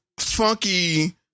Funky